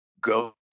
go